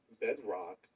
bedrock